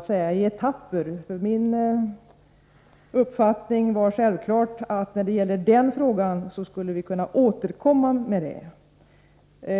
fram i etapper. Min uppfattning är självfallet att vi skall kunna återkomma när det gäller frågan om kvinnomisshandel.